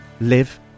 live